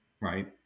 right